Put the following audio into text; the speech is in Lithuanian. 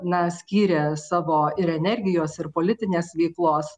na skyrė savo ir energijos ir politinės veiklos